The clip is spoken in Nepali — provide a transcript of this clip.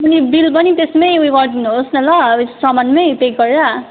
अनि बिल पनि त्यसमै उयो गरिदिनुहोस् न ल सामानमै पेक गरेर